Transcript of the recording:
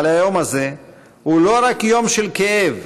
אבל היום הזה הוא לא רק יום של כאב,